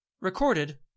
Recorded